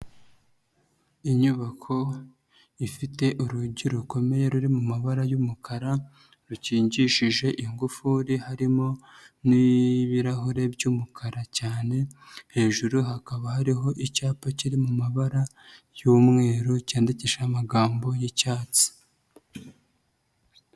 Inyubako ifite urugi rukomeye ruri mu mabara y'umukara, rukingishije ingufuri, harimo n'ibirahure by'umukara cyane, hejuru hakaba hariho icyapa kiri mu mabara y'umweru, cyandikishije amagambo y'icyatsi.